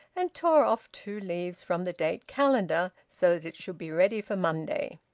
and tore off two leaves from the date calendar so that it should be ready for monday.